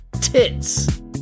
Tits